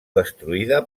destruïda